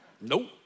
Nope